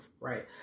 right